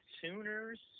Sooners